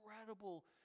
incredible